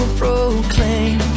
proclaim